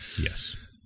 Yes